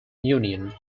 union